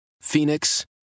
Phoenix